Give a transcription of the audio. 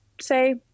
say